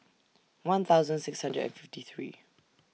one thousand six hundred and fifty three